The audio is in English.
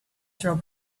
throw